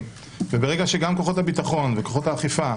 וגם ברגע שכוחות הביטחון וכוחות האכיפה,